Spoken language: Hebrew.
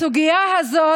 הסוגיה הזאת,